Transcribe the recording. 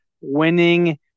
winning